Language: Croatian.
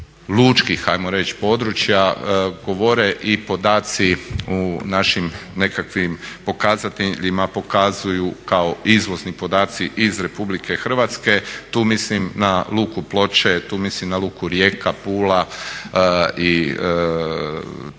lučkih ajmo reći područja govore i podaci u našim nekakvim pokazateljima pokazuju kao izvozni podaci iz Republike Hrvatske. Tu mislim na Luku Ploče, tu mislim na Luku Rijeka, Pula i taj